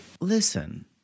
Listen